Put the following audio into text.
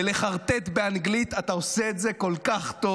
ולחרטט באנגלית, אתה עושה את זה כל כך טוב.